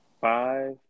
five